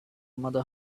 mother